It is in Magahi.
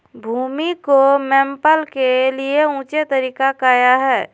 भूमि को मैपल के लिए ऊंचे तरीका काया है?